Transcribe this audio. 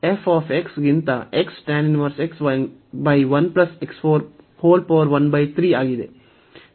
f ಗಿಂತ ಆಗಿದೆ